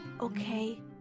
okay